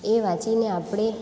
એ વાંચીને આપણે